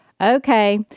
okay